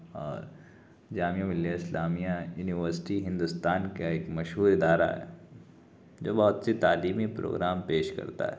اور جامعہ ملیہ اسلامیہ یونیورسٹی ہندوستان کا ایک مشہور ادارہ ہے جو بہت سی تعلیمی پروگرام پیش کرتا ہے